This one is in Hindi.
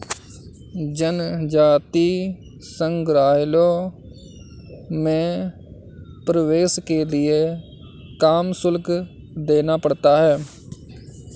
जनजातीय संग्रहालयों में प्रवेश के लिए काम शुल्क देना पड़ता है